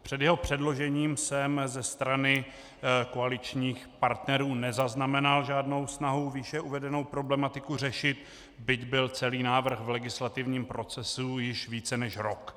Před jeho předložením jsem ze strany koaličních partnerů nezaznamenal žádnou snahu výše uvedenou problematiku řešit, byť byl celý návrh v legislativním procesu již více než rok.